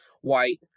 white